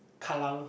Kallang